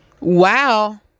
Wow